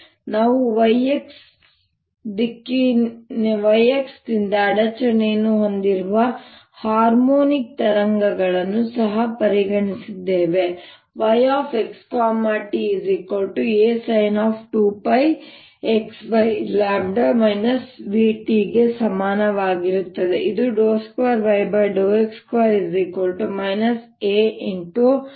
ನಾವು y x ನಿಂದ ಅಡಚಣೆಯನ್ನು ಹೊಂದಿರುವ ಹಾರ್ಮೋನಿಕ್ ತರಂಗಗಳನ್ನು ಸಹ ಪರಿಗಣಿಸಿದ್ದೇವೆ ಇದು yxtAsin2πx vt ಗೆ ಸಮಾನವಾಗಿರುತ್ತದೆ